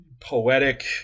poetic